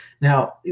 Now